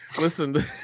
Listen